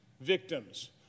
victims